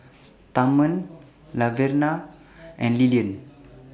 Thurman Laverna and Lilyan